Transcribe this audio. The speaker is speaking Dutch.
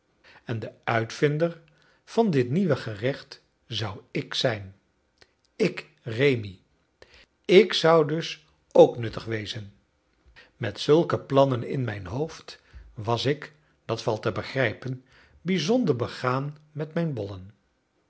en de uitvinder van dit nieuwe gerecht zou ik zijn ik rémi ik zou dus ook nuttig wezen met zulke plannen in mijn hoofd was ik dat valt te begrijpen bijzonder begaan met mijn bollen